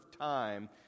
time